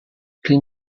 clean